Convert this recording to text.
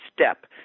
step